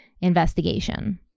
investigation